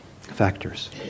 factors